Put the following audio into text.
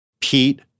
Pete